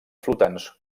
flotants